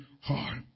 heart